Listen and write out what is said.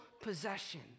possession